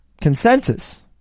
consensus